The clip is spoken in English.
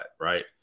right